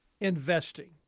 investing